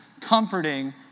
comforting